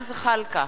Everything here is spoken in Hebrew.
אינו נוכח